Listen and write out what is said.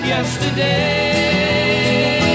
Yesterday